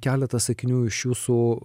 keletą sakinių iš jūsų